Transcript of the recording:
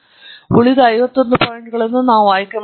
ಉಳಿದ ಐವತ್ತೊಂದು ಪಾಯಿಂಟ್ಗಳನ್ನು ನಾವು ಆಯ್ಕೆ ಮಾಡುತ್ತೇವೆ